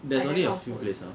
there's only a few place ah